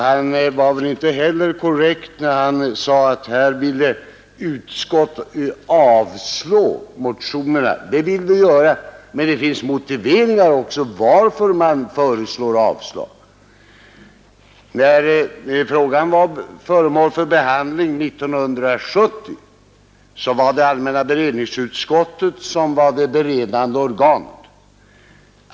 Det var väl inte heller korrekt när han sade att här ville utskottet ha motionerna avslagna. Det vill utskottet, men det finns motiveringar också varför man föreslår avslag. När frågan var föremål för behandling 1970 var allmänna beredningsutskottet det beredande organet.